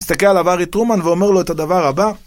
תסתכל עליו הארי טרומן ואומר לו את הדבר הבא